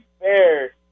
fair